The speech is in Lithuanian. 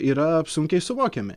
yra sunkiai suvokiami